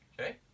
Okay